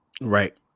right